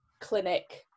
clinic